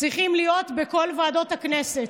צריכים להיות בכל ועדות הכנסת,